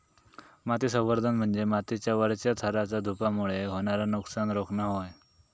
माती संवर्धन म्हणजे मातीच्या वरच्या थराचा धूपामुळे होणारा नुकसान रोखणा होय